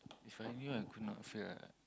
If I knew I could not fail right